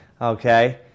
Okay